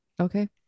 okay